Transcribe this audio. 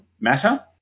matter